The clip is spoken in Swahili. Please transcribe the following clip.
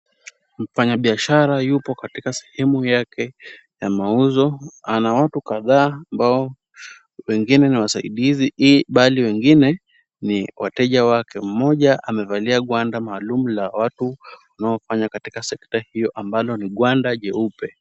Mfanyabiashara yupo katika sehemu yake ya mauzo, ana watu kadhaa ambao wengine ni wasaidizi bali wengine ni wateja wake. Mmoja amevalia gwanda maalum la watu wanaofanya katika sekta hiyo ambalo ni gwanda jeupe.